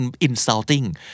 insulting